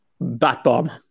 Bat-bomb